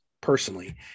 personally